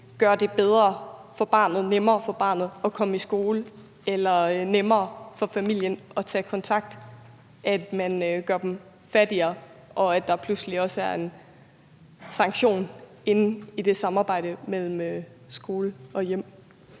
gøre det bedre og nemmere for barnet at komme i skole eller nemmere for familien at tage kontakt, at man gør dem fattigere, og at der pludselig også er lagt en sanktion ind i det samarbejde mellem skole og hjem?